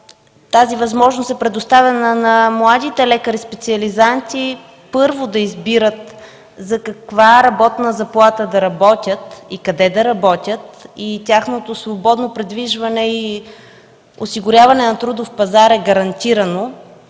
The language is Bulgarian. тази възможност е предоставена на младите лекари специализанти – да избират за каква работна заплата да работят, къде да работят, тяхното свободно придвижване и осигуряване на трудов пазар е гарантирано,